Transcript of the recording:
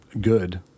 good